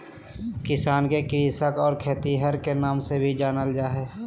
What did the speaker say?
किसान के कृषक और खेतिहर के नाम से भी जानल जा हइ